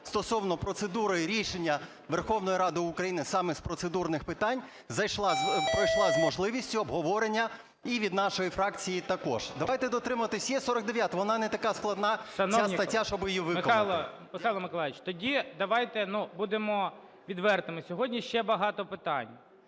стосовно процедури і рішення Верховної Ради України саме з процедурних питань пройшла з можливістю обговорення, і від нашої фракції також. Давайте дотримуватись. Є 49-а. Вона не така складана ця стаття, щоб її виконати. 13:33:55 ГОЛОВУЮЧИЙ. Михайло Миколайович, тоді давайте будемо відвертими. Сьогодні ще багато питань.